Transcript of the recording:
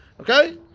okay